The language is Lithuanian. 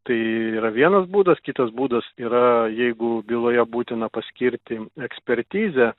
tai yra vienas būdas kitas būdas yra jeigu byloje būtina paskirti ekspertizę